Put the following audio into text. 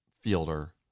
fielder